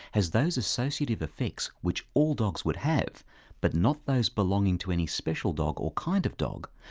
has those associative effects which all dogs would have but not those belonging to any special dog or kind of dog,